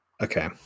Okay